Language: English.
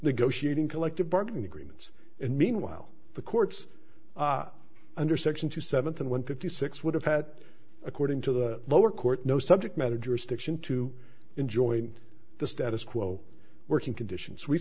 negotiating collective bargaining agreements and meanwhile the courts under section two seventh and one fifty six would have pat according to the lower court no subject matter jurisdiction to enjoin the status quo working conditions we